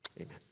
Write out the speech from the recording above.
Amen